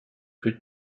plus